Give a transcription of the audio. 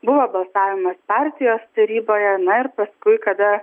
buvo balsavimas partijos taryboje na ir paskui kada